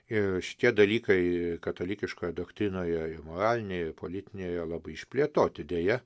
ir šitie dalykai katalikiškoj doktrinoj ir moraliniai ir politiniai jie labai išplėtoti deja